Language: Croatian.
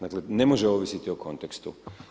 Dakle, ne može ovisiti o kontekstu.